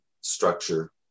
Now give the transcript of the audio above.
structure